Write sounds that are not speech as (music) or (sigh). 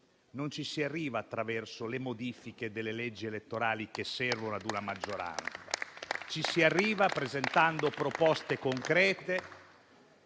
Non ci si arriva attraverso le modifiche delle leggi elettorali che servono ad una maggioranza; (applause) ci si arriva presentando proposte concrete,